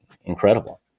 incredible